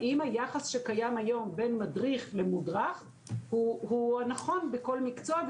השאלה האם מדריך ממודרך הוא הנכון בכל מקצוע,